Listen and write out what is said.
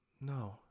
No